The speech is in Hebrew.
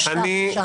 בושה, בושה.